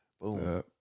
Boom